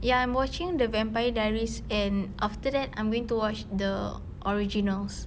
ya I'm watching the vampire diaries and after that I'm going to watch the originals